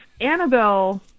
Annabelle